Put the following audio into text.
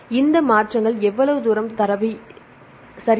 எனவே மாற்றங்கள் எவ்வளவு தூரம் சரியாக நடந்தன